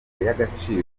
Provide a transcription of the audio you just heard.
y’agaciro